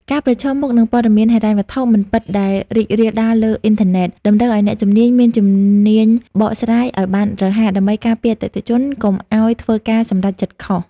ការប្រឈមមុខនឹងព័ត៌មានហិរញ្ញវត្ថុមិនពិតដែលរីករាលដាលលើអ៊ីនធឺណិត តម្រូវឱ្យអ្នកជំនាញមានជំនាញបកស្រាយឱ្យបានរហ័ស ដើម្បីការពារអតិថិជនកុំឱ្យធ្វើការសម្រេចចិត្តខុស។